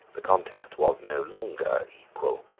the contest was no longer equal.